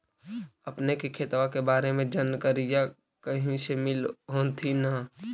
अपने के खेतबा के बारे मे जनकरीया कही से मिल होथिं न?